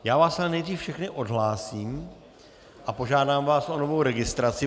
Já vás ale nejdřív všechny odhlásím a požádám vás o novou registraci.